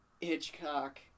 hitchcock